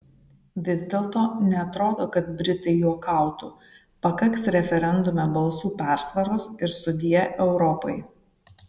vis dėlto neatrodo kad britai juokautų pakaks referendume balsų persvaros ir sudie europai